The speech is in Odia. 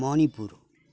ମଣିପୁର